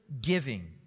giving